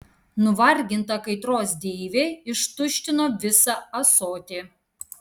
nuvarginta kaitros deivė ištuštino visą ąsotį